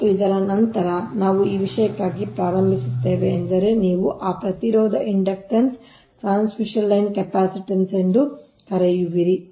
ಮತ್ತು ಇದರ ನಂತರ ನಾವು ಈ ವಿಷಯಕ್ಕಾಗಿ ಪ್ರಾರಂಭಿಸುತ್ತೇವೆ ಎಂದರೆ ನೀವು ಆ ಪ್ರತಿರೋಧ ಇಂಡಕ್ಟನ್ಸ್ ಟ್ರಾನ್ಸ್ಮಿಷನ್ ಲೈನ್ನ ಕೆಪಾಸಿಟನ್ಸ್ ಎಂದು ಕರೆಯುವಿರಿ